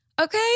okay